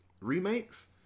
remakes